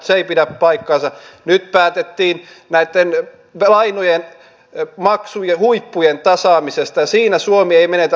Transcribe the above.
se ei pidä paikkaansa nyt päätettiin näitten lainojen maksuhuippujen tasaamisesta ja siinä suomi ei menetä lantin lanttia